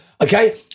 Okay